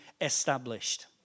established